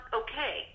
okay